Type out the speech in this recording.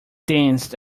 danced